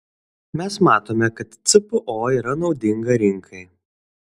mes matome kad cpo yra naudinga rinkai